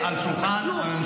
כלום.